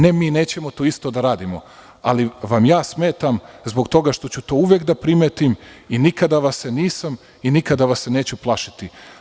Ne, mi nećemo to isto da radimo, ali vam smetam zbog toga što ću to uvek da primetim i nikada vas se nisam i nikada vas se neću plašiti.